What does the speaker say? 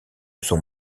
son